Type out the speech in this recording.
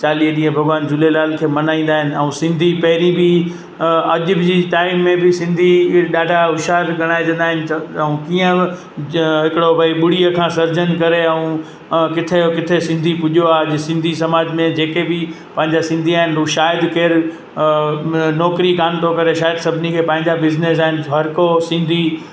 चालीह ॾींहं भॻिवानु झूलेलाल खे मल्हाईंदा आहिनि ऐं सिंधी पहरीं बि अॼु बि ताईं में बि सिंधी ॾाढा हुशार गड़ाइजंदा इन ऐं कीअं ज हिकिड़ो भई ॿुड़ीअ खां सरजन करे ऐं किथे जो किथे सिंधी पुॼो आहे अॼु सिंधी समाज में जेके बि पंहिंजा सिंधी आहिनि उहे शायदि केरि नौकिरी कानि थो करे शायदि सभिनी खे पंहिंजा बिज़निस आहिनि हर को सिंधी